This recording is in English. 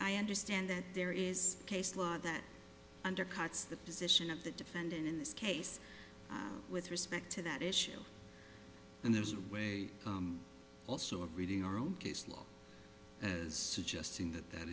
i understand that there is case law that undercuts the position of the defendant in this case with respect to that issue and there's a way also of reading our own case law as suggesting that that